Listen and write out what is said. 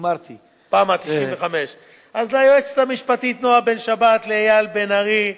אז ליועצת המשפטית נועה בן-שבת, לאייל לב-ארי,